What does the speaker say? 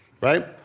right